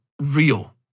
real